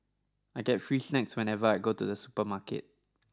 I get free snacks whenever I go to the supermarket